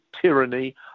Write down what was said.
tyranny